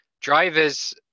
Drivers